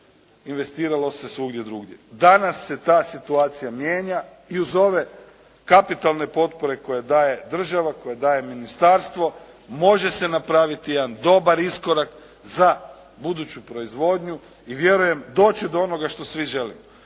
Investiralo se svugdje drugdje. Danas se ta situacija mijenja i uz ove kapitalne potpore koje daje država, koje daje ministarstvo može se napraviti jedan dobar iskorak za buduću proizvodnju i vjerujem doći do onoga što svi želimo